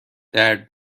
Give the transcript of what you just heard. درد